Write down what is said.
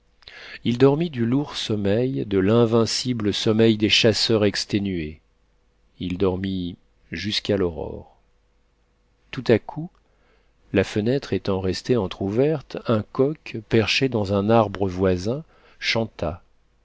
il dormit du lourd sommeil de l'invincible sommeil des chasseurs exténués il dormit jusqu'à l'aurore tout à coup la fenêtre étant restée entr'ouverte un coq perché dans un arbre voisin chanta